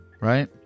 Right